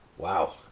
wow